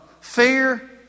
fear